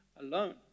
alone